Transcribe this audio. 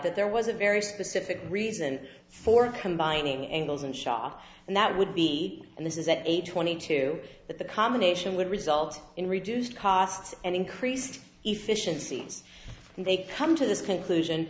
that there was a very specific reason for combining angles and shop and that would be and this is at age twenty two that the combination would result in reduced costs and increased efficiencies and they come to this conclusion